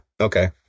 Okay